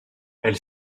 elle